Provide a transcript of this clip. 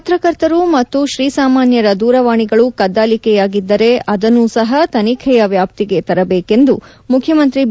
ಪತ್ರಕರ್ತರು ಮತ್ತು ಶ್ರೀ ಸಾಮಾನ್ಯರ ದೂರವಾಣಿಗಳು ಕದ್ದಾಲಿಕೆಯಾಗಿದ್ದರೆ ಅದನ್ನೂ ಸಹ ತನಿಖೆಯ ವ್ಯಾಪ್ತಿಗೆ ತರಬೇಕೆಂದು ಮುಖ್ಯಮಂತ್ರಿ ಬಿ